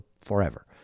forever